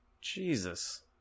Jesus